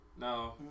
no